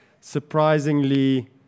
surprisingly